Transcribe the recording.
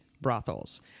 brothels